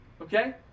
Okay